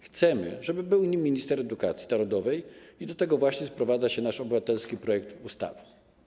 Chcemy, żeby był nim minister edukacji narodowej, i do tego właśnie sprowadza się nasz obywatelski projekt ustawy.